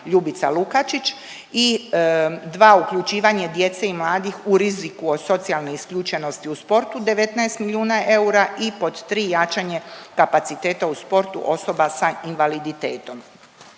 Ljubica Lukačić i 2, uključivanje djece i mladih u riziku od socijalne isključenosti u sportu 19 milijuna eura i pod 3, jačanje kapaciteta u sportu osoba sa invaliditetom